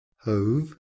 hove